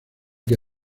que